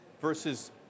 versus